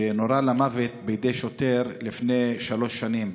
שנורה למוות בידי שוטר לפני שלוש שנים,